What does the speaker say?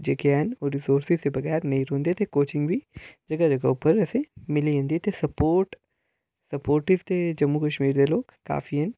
जेह्के हैन रिसेर्सिज दे बगैर नेईं रौंह्दे ते कोचिंग बी व्यवाह्रक तौर पर असेंगी मिली जंदी ते स्पोर्टस च जम्मू कश्मीर दे लोक काफी हैन